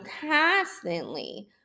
constantly